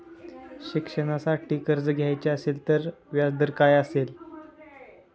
शिक्षणासाठी कर्ज घ्यायचे असेल तर व्याजदर काय असेल?